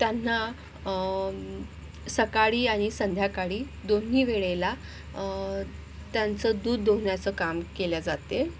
त्यांना सकाळी आणि संध्याकाळी दोन्ही वेळेला त्यांचं दूध दोहण्याचं काम केल्या जाते